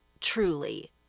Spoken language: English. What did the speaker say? truly